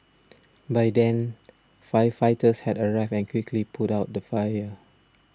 by then firefighters had arrived and quickly put out the fire